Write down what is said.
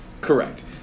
Correct